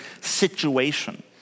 situation